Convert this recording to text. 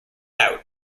out